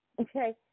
okay